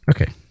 Okay